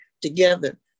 together